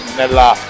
nella